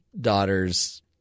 daughter's